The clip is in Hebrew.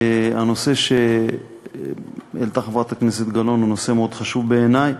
והנושא שהעלתה חברת הכנסת גלאון הוא נושא מאוד חשוב בעיני,